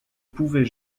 pouvait